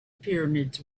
pyramids